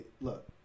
look